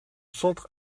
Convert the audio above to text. centre